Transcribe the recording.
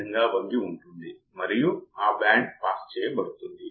ప్రతికూల ఫీడ్బ్యాక్ స్వీయ సవరణ చేస్తుంది